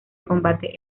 combate